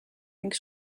ning